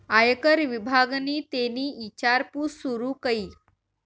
आयकर विभागनि तेनी ईचारपूस सूरू कई